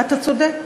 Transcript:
אתה צודק.